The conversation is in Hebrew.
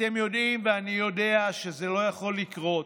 אתם יודעים ואני יודע שזה לא יכול לקרות,